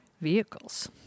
vehicles